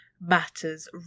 matters